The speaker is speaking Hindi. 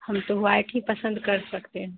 हम तो वाइट ही पसंद कर सकते हैं